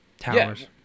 towers